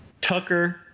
Tucker